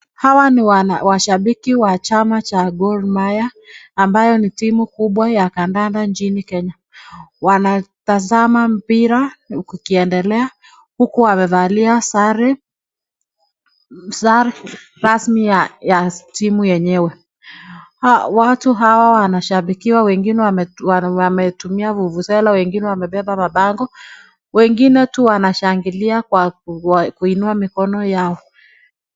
Hawa ni washabiki wa chama cha gormahia ambayo ni timu kubwa ya kandanda nchini kenya. Wanatazama mpira ikiendelea huku wamevalia sare rasmi ya timu yenyewe. Watu hawa wameshabikiwa wengine wametumia vuvuzela , wengine wamebeba mabango, wengine tu wanashangilia kwa kuinua mikono yao.